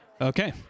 Okay